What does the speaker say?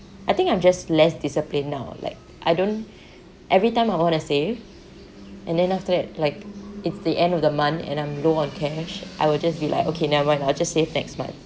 I think I'm just less disciplined now like I don't every time I want to save and then after that like it's the end of the month and I'm low on cash I will just be like okay never mind I'll just save next month